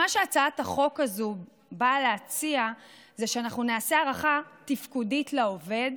מה שהצעת החוק הזאת באה להציע הוא שאנחנו נעשה הערכה תפקודית לעובד,